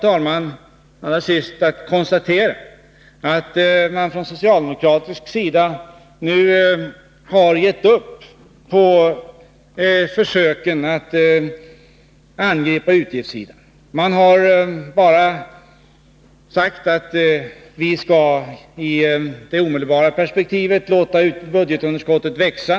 Till sist vill jag konstatera att man från socialdemokratisk sida nu har gett upp försöken att ange vilka utgifter det blir fråga om. Man har bara sagt att vi skall, när det gäller det kortare perspektivet, låta budgetunderskottet växa.